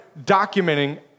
documenting